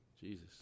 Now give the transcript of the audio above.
Jesus